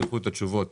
תשלחו את התשובות